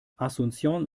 asunción